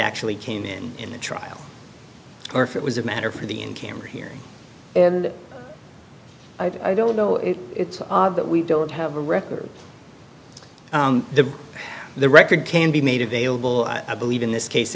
actually came in in the trial or if it was a matter for the in camera hearing and i don't know if it's odd that we don't have a record the the record can be made available i believe in this case